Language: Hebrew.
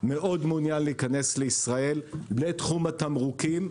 והוא מאוד מעוניין להיכנס לישראל בתחום התמרוקים.